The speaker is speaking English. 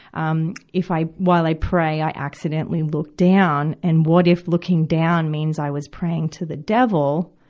um, if i, while i pray, i accidentally look down, and what if looking down means i was praying to the devil?